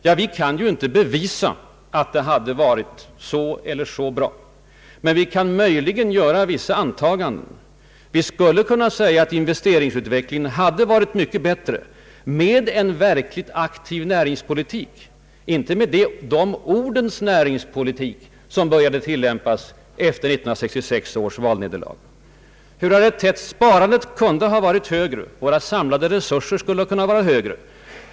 Ja, vi kan ju inte bevisa att det hade varit så eller så bra, men vi kan möjligen göra vissa antaganden. Vi skulle kunna säga att investeringsutvecklingen skulle ha varit mycket bättre med en verkligt aktiv näringspolitik, inte med den ”ordens näringspolitik” som började tillämpas efter 1966 års valnederlag. Sparandet hade kunnat vara högre och våra samlade resurser hade kunnat vara större.